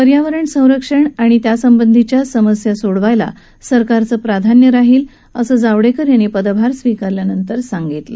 पर्यावरण संरक्षण आणि यासंबंधी समस्या सोडवायला सरकारचं प्राधान्य राहील असं जावडक्कर यांनी पदभार स्वीकारल्यानंतर सांगितलं